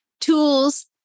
tools